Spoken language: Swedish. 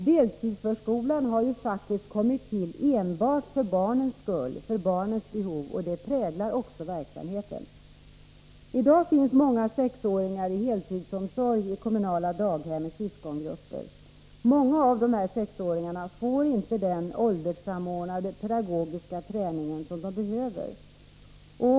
Deltidsförskolan har faktiskt kommit till enbart för barnens skull, för deras behov, och det präglar också verksamheten. I dag finns många 6-åringar i heltidsomsorg i kommunala daghem med syskongrupper, och många av dem får inte den ålderssamordnade pedagogiska träning som de behöver.